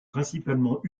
principalement